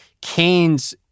Keynes